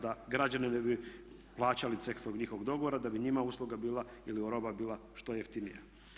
Da građani ne bi plaćali ceh tog njihovog dogovora, da bi njima usluga bila ili roba bila što jeftinija.